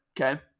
okay